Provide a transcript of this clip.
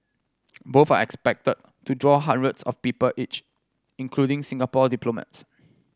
both are expected to draw hundreds of people each including Singapore diplomats